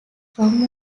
from